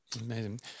Amazing